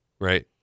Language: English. Right